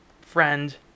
friend